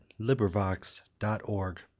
LibriVox.org